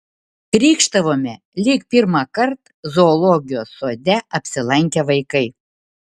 krykštavome lyg pirmąkart zoologijos sode apsilankę vaikai